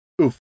oof